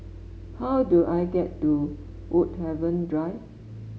how do I get to Woodhaven Drive